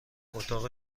اتاق